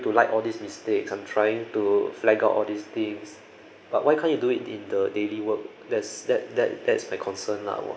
to like all these mistakes I'm trying to flag out all these things but why can't you do it in the daily work there's that that that's my concern lah why